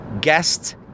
guest